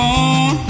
on